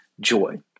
joy